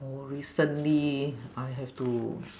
oh recently I have to